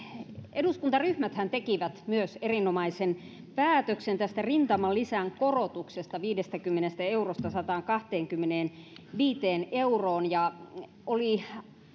eduskuntaryhmäthän tekivät erinomaisen päätöksen tästä rintamalisän korotuksesta viidestäkymmenestä eurosta sataankahteenkymmeneenviiteen euroon ja oli